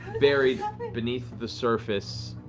buried beneath the surface,